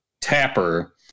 tapper